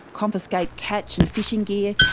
confiscate catch and fishing gear,